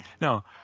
no